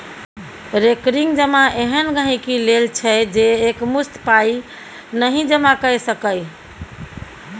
recurring जमा एहन गांहिकी लेल छै जे एकमुश्त पाइ नहि जमा कए सकैए